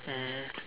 mm